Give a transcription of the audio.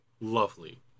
lovely